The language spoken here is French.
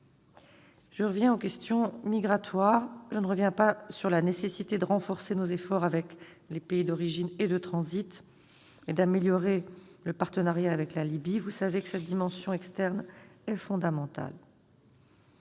Je reviens sur les questions migratoires. Je ne m'étends pas sur la nécessité de renforcer nos efforts avec les pays d'origine et de transit et d'améliorer le partenariat avec la Libye. Vous savez que cette dimension externe est fondamentale.